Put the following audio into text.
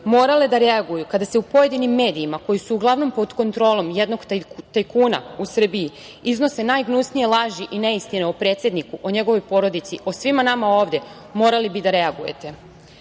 morale da reaguju kada se u pojedinim medijima koji su u glavnom pod kontrolom jednog tajkuna u Srbiji iznose najgnusnije laži i neistine o predsedniku, o njegovoj porodici, o svima nama ovde, morali bi da reagujete,